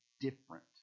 different